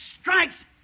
strikes